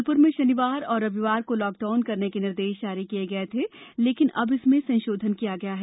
जबलपुर में शनिवार और रविवार को लॉकडाउन करने के निर्देश जारी किए गये थे लेकिन अब इसमें संशोधन किया गया है